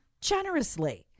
generously